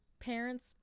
parents